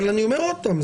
אני אומר עוד פעם,